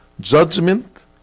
judgment